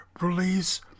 release